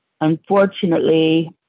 unfortunately